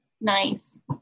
Nice